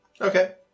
Okay